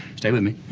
stay with me.